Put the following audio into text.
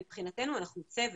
מבחינתנו אנחנו צוות.